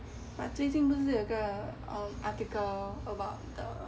but 最近不是有个 um article about the